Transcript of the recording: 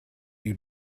you